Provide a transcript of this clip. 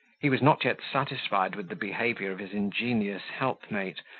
he was not yet satisfied with the behaviour of his ingenious helpmate,